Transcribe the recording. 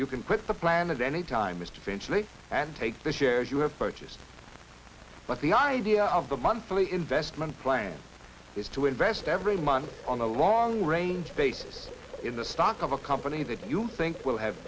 you can quit the planet any time mr eventually and take the shares you have purchased but the idea of the monthly investment plan is to invest every month on a long range base in the stock of a company that you think will have